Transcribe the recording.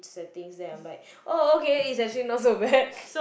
settings then I'm like oh okay it's actually not so bad